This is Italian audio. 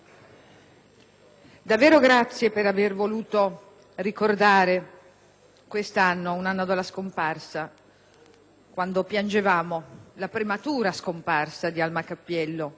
davvero per aver voluto ricordare quest'anno, a due anni dalla scomparsa, quando piangevamo la prematura scomparsa di Alma Cappiello,